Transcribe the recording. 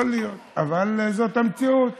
יכול להיות, זאת המציאות.